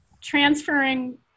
transferring